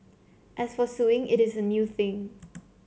as for suing it is a new thing